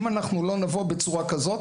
אם אנחנו לא נבוא בצורה כזאת,